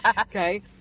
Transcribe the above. Okay